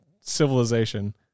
civilization